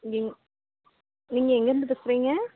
நீங் நீங்கள் எங்கிருந்து பேசுகிறீங்க